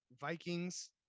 vikings